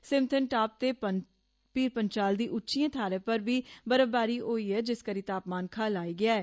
Sinthan top ते पीरपंजाल दी उच्चीयें थाहरें पर बी बर्फबारी होई ऐ जिस करी तापमान खल्ल आई गेया ऐ